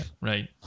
right